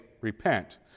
repent